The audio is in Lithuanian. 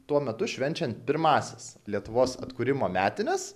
tuo metu švenčiant pirmąsias lietuvos atkūrimo metines